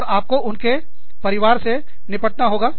और आपको उनके परिवारों से निपटना होगा